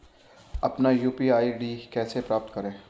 अपना UPI ID कैसे प्राप्त करें?